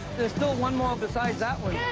there's still one more beside's that one.